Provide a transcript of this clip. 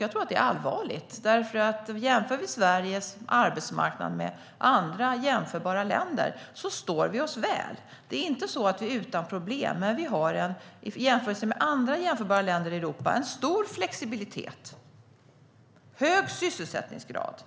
Jag tror att det är allvarligt, för i jämförelse med andra jämförbara länder står sig Sveriges arbetsmarknad väl. Det är inte så att vi är utan problem, men i jämförelse med andra jämförbara länder i Europa har vi stor flexibilitet, hög sysselsättningsgrad